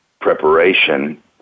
preparation